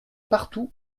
partout